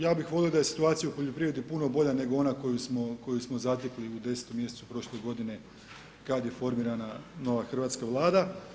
Ja bih volio da je situacija puno bolja, nego ona koju smo zatekli u 10. mjesecu prošle godine, kada je formirana nova Hrvatska vlada.